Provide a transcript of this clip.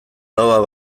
lauak